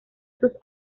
sus